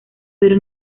pero